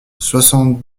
soixante